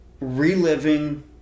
Reliving